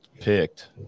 picked